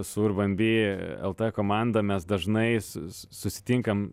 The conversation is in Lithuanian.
su urban bee lt komanda mes dažnai s susitinkam